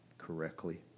correctly